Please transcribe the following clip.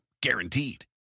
Guaranteed